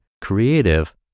creative